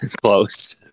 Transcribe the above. Close